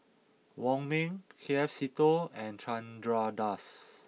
Wong Ming K F Seetoh and Chandra Das